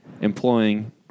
employing